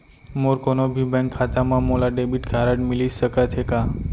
मोर कोनो भी बैंक खाता मा मोला डेबिट कारड मिलिस सकत हे का?